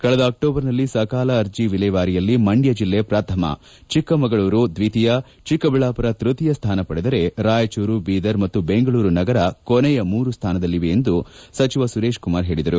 ಕಳೆದ ಅಕ್ಟೋಬರ್ನಲ್ಲಿ ಸಕಾಲ ಅರ್ಜಿ ವಿಲೇವಾರಿಯಲ್ಲಿ ಮಂಡ್ಯ ಜಿಲ್ಲೆ ಪ್ರಥಮ ಚಿಕ್ಕಮಗಳೂರು ದ್ವಿತೀಯ ಚಿಕ್ಕಬಳ್ಳಾಪುರ ತೃತೀಯ ಸ್ಥಾನ ಪಡೆದರೆ ರಾಯಚೂರು ಬೀದರ್ ಮತ್ತು ಬೆಂಗಳೂರು ನಗರ ಕೊನೆಯ ಮೂರು ಸ್ಥಾನದಲ್ಲಿವೆ ಎಂದು ಸಚಿವ ಸುರೇಶಕುಮಾರ್ ಹೇಳಿದರು